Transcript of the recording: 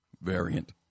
variant